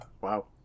Wow